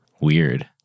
weird